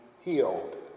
healed